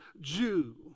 Jew